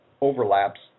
overlaps